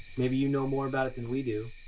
maybe you know more about it than we do.